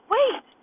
Wait